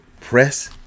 Press